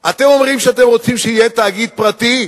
אתם אומרים שאתם רוצים שיהיה תאגיד פרטי?